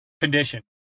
condition